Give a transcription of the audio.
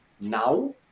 now